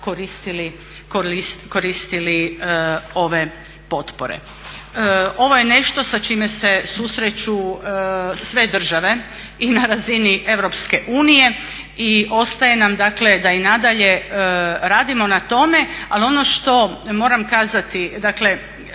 koristili ove potpore. Ovo je nešto sa čime se susreću sve države i na razini Europske unije i ostaje nam da i nadalje radimo na tome. Ali ono što moram kazati, dakle